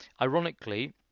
ironically